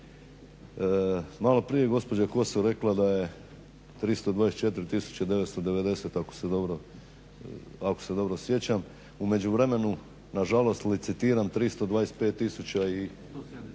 Maloprije je gospođa Kosor rekla da je 324 990 ako se dobro sjećam, u međuvremenu na žalost licitiram 325 171